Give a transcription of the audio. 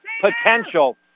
potential